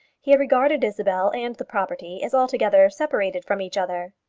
he had regarded isabel and the property as altogether separated from each other.